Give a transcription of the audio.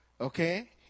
okay